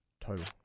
total